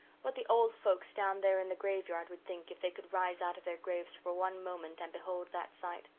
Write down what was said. what the old folks down there in the graveyard would think if they could rise out of their graves for one moment and behold that sight.